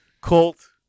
Colt